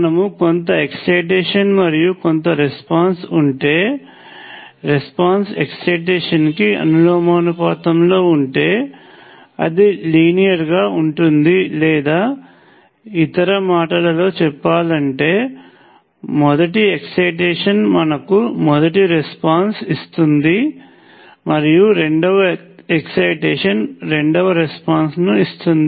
మనకు కొంత ఎక్సయిటేషన్ మరియు కొంత రెస్పాన్స్ ఉంటే రెస్పాన్స్ ఎక్సయిటేషన్ కి అనులోమానుపాతంలో ఉంటే అది లీనియర్గా ఉంటుంది లేదా ఇతర మాటలలో చెప్పాలంటే మొదటి ఎక్సయిటేషన్ మనకు మొదటి రెస్పాన్స్ ఇస్తుందిమరియు రెండవ ఎక్సయిటేషన్ రెండవ రెస్పాన్స్ ను ఇస్తుంది